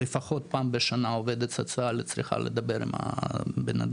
לפחות פעם בשנה עובדת סוציאלית צריכה לדבר עם הבנאדם,